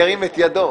ירים את ידו.